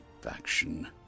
faction